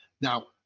Now